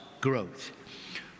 growth